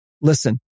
listen